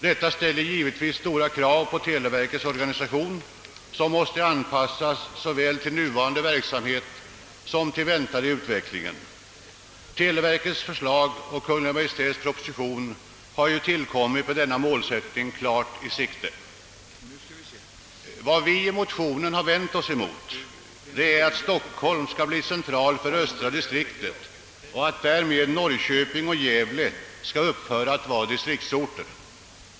Detta ställer givetvis stora krav på televerkets organisation, som måste anpassas såväl till nuvarande verksamhet som till den väntade utvecklingen. Televerkets förslag och Kungl. Maj:ts proposition har tillkommit med denna målsättning klart i sikte. Vad vi i motionen har vänt oss emot är att Stockholm skall bli distriktscentral för östra distriktet, och att därmed Norrköping och Gävle skall upphöra att vara distriktsorter.